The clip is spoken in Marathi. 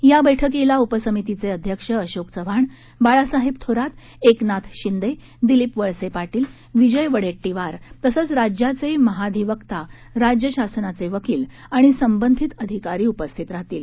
या बैठकीला उपसमितीचे अध्यक्ष अशोक चव्हाण बाळासाहेब थोरात एकनाथ शिंदे दिलीप वळसे पाटील विजय वडेट्टीवार तसंच राज्याचे महाधिवक्ता राज्य शासनाचे वकील आणि संबंधित अधिकारी उपस्थित राहतील